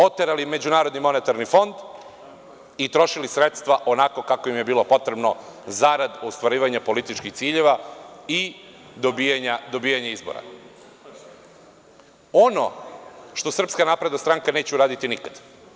Oterali Međunarodni monetarni fond i trošili sredstva onako kako im je bilo potrebno, zarad ostvarivanja političkih ciljeva i dobijanje izbora, ono što Srpska napredna stranka neće uraditi nikad.